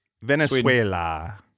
Venezuela